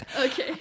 okay